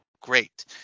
Great